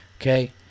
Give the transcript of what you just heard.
Okay